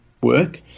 work